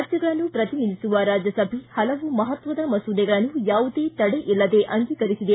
ರಾಜ್ಯಗಳನ್ನು ಶ್ರತಿನಿಧಿಸುವ ರಾಜ್ಯಸಭೆ ಹಲವು ಮಹತ್ವದ ಮಸೂದೆಗಳನ್ನು ಯಾವುದೇ ತಡೆ ಇಲ್ಲದೇ ಅಂಗೀಕರಿಸಿದೆ